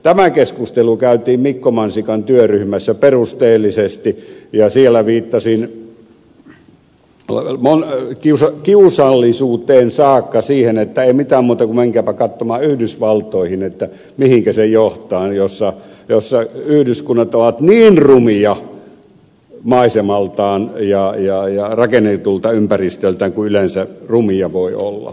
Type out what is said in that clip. tämä keskustelu käytiin mikko mansikan työryhmässä perusteellisesti ja siellä viittasin kiusallisuuteen saakka siihen että ei mitään muuta kuin menkääpä katsomaan yhdysvaltoihin mihinkä se johtaa kun yhdyskunnat ovat niin rumia maisemaltaan ja rakennetulta ympäristöltään kuin yleensä rumia voivat olla